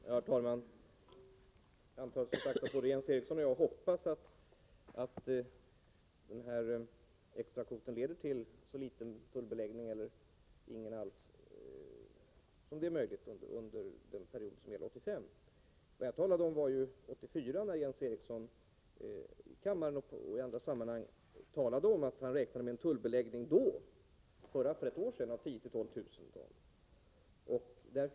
Herr talman! Jag antar att Jens Eriksson liksom jag hoppas att extrakvoten leder till så liten tullbeläggning som möjligt eller ingen tullbeläggning alls under den period som gäller 1985. Vad jag talade om var 1984, när Jens Eriksson i kammaren och i andra sammanhang talade om att han räknade med en tullbeläggning då, för ett år sedan, av 10 000 å 12 000 ton.